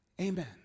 Amen